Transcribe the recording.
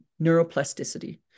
neuroplasticity